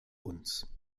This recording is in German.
uns